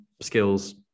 skills